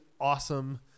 awesome